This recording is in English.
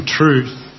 truth